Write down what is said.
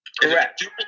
correct